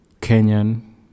Kenyan